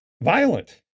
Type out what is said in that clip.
violent